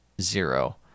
zero